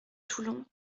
toulon